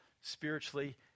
spiritually